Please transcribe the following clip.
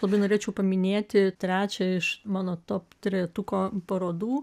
labai norėčiau paminėti trečią iš mano top trejetuko parodų